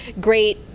great